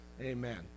Amen